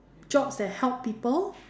jobs that help people